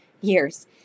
years